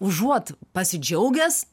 užuot pasidžiaugęs